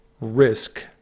risk